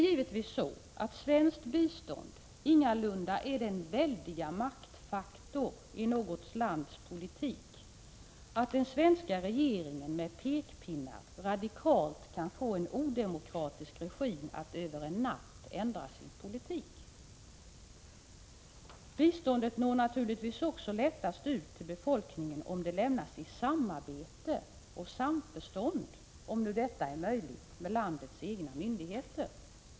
Svenskt bistånd är givetvis ingalunda en sådan väldig maktfaktor i något lands politik att den svenska regeringen med pekpinnar radikalt kan få en odemokratisk regim att över en natt ändra sin politik. Biståndet når naturligtvis också lättast ut till befolkningen om det lämnas i samarbete och samförstånd — om nu detta är möjligt — med landets egna myndigheter.